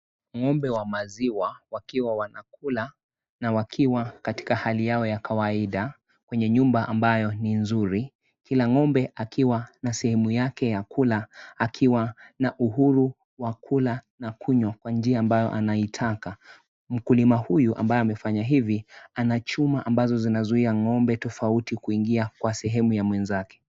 Ng'ombe wa maziwa wakiwa wanakula na wakiwa katika hali yao ya kawaida kwenye nyumba ambayo ni nzuri , kila ng'ombe akiwa na sehemu yake ya kula akiwa na uhuru wa kula na kunywa kwa njia ambayo anaiitaka. Mkulima huyu ambaye anafanya hivi ana chuma ambazo zinazuia ng'ombe tofauti kuingia kwa sehemu ya mwenzake.